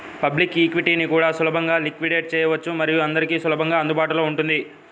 public ఈక్విటీని కూడా సులభంగా లిక్విడేట్ చేయవచ్చు మరియు అందరికీ సులభంగా అందుబాటులో ఉంటుంది